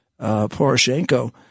Poroshenko